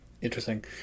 Interesting